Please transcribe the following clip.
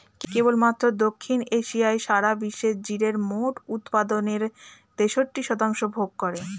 কেবলমাত্র দক্ষিণ এশিয়াই সারা বিশ্বের জিরের মোট উৎপাদনের তেষট্টি শতাংশ ভোগ করে